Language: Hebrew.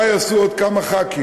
מה יעשו עוד כמה חברי